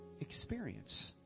experience